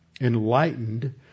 enlightened